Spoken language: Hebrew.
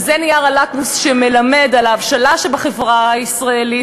וזה נייר הלקמוס שמלמד על ההבשלה שבחברה הישראלית